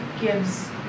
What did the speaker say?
gives